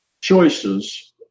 choices